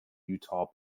utah